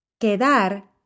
Quedar